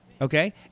okay